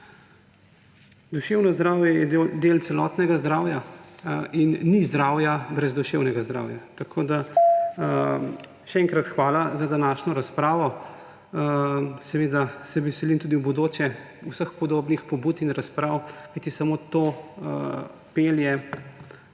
Duševno zdravje je del celotnega zdravja in ni zdravja brez duševnega zdravja; tako še enkrat hvala za današnjo razpravo. Seveda se veselim tudi v bodoče vseh podrobnih pobud in razprav, kajti samo to pelje